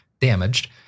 damaged